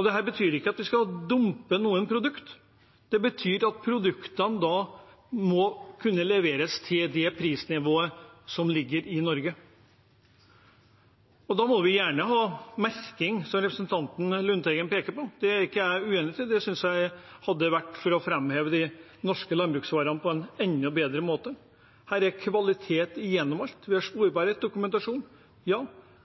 Det betyr ikke at vi skal dumpe noen produkt. Det betyr at produktene må kunne leveres til det prisnivået som er i Norge. Da må vi gjerne ha merking, som representanten Lundteigen peker på. Det er jeg ikke uenig i. Det synes jeg hadde vært å framheve de norske landbruksvarene på en enda bedre måte, for her er det kvalitet gjennom alt. Vi har sporbarhet og dokumentasjon.